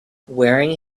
wearing